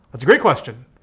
that's great question.